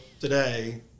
today